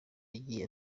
yagize